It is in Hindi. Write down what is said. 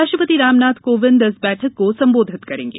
राष्ट्रपति रामनाथ कोविंद इस बैठक को सम्बोधित करेंगे